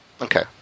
Okay